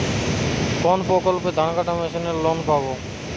কোন প্রকল্পে ধানকাটা মেশিনের লোন পাব?